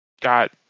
got